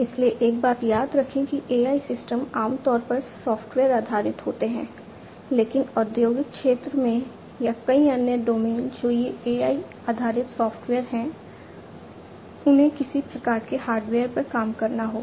इसलिए एक बात याद रखें कि AI सिस्टम आमतौर पर सॉफ़्टवेयर आधारित होते हैं लेकिन औद्योगिक क्षेत्र में या कई अन्य डोमेन जो ये AI आधारित सॉफ़्टवेयर हैं उन्हें किसी प्रकार के हार्डवेयर पर काम करना होगा